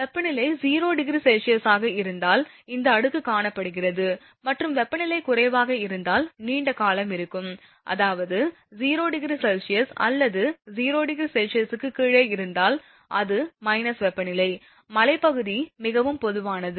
வெப்பநிலை 0°C ஆக இருந்தால் இந்த அடுக்கு காணப்படுகிறது மற்றும் வெப்பநிலை குறைவாக இருந்தால் நீண்ட காலம் இருக்கும் அதாவது 0°C அல்லது 0°C க்கு கீழே இருந்தால் அது மைனஸ் வெப்பநிலை மலைப்பகுதி மிகவும் பொதுவானது